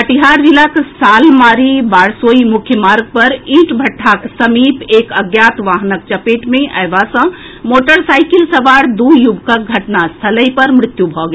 कटिहार जिलाक सालमारी बारसोई मुख्य मार्ग पर ईंट भट्टाक समीप एक अज्ञात वाहनक चपेट मे अएबा सॅ मोटरसाईकिल सवार दू युवकक घटनास्थलहि पर मृत्यु भऽ गेल